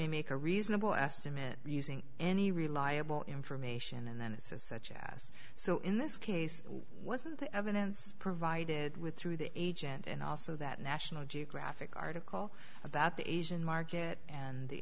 ay make a reasonable estimate using any reliable information and then it says such as so in this case wasn't the evidence provided with through the agent and also that national geographic article that the asian market and the